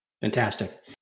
Fantastic